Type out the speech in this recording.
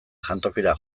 jantokira